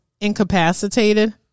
incapacitated